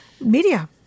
media